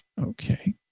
Okay